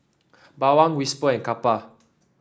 Bawang Whisper and Kappa